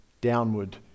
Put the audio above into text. downward